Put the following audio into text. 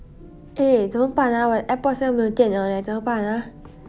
eh 怎么办啊我的 AirPods 要没有电了 leh 怎么办 ah